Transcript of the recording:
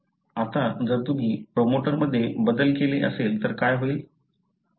आता जर तुम्ही प्रमोटरमध्ये बदल असेल तर काय होईल